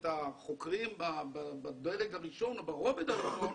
את החוקרים בדרג הראשון או ברובד הראשון